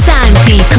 Santi